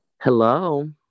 Hello